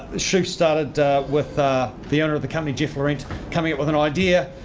shoof started with the owner of the company geoff laurent coming with an idea,